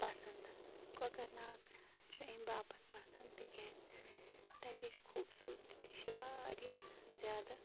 پسنٛد کۄکر ناگ چھُ امہِ باپتھ پسنٛد تِکیٛازِ تَتِچ خوٗبصوٗرتی تہِ چھِ وارِیاہ زیادٕ